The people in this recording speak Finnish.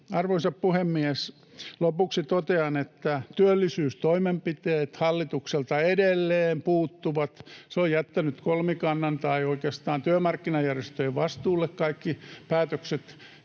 Arvoisa puhemies! Lopuksi totean, että työllisyystoimenpiteet hallitukselta edelleen puuttuvat. Se on jättänyt kolmikannan tai oikeastaan työmarkkinajärjestöjen vastuulle kaikki päätökset,